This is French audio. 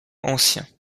ancien